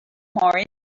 more